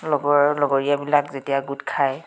লগৰ লগৰীয়াবিলাক যেতিয়া গোট খায়